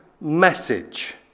message